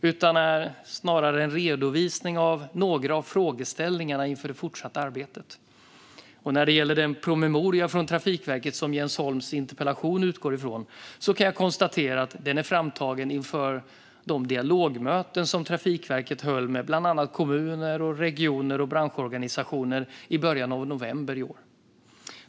Den är snarare en redovisning av några av frågeställningarna inför det fortsatta arbetet. När det gäller den promemoria från Trafikverket som Jens Holms interpellation utgår från kan jag konstatera att den är framtagen inför de dialogmöten Trafikverket höll med bland annat kommuner, regioner och branschorganisationer i början av november i år.